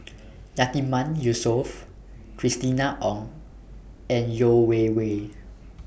Yatiman Yusof Christina Ong and Yeo Wei Wei